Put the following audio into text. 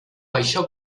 això